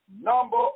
Number